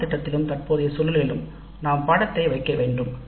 நாம் பாடத்திட்டத்தை தற்போதைய சூழ்நிலைக்கு பொருத்தமாக இருக்கவேண்டும்